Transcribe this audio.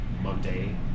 Monday